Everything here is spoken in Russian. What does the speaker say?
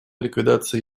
ликвидации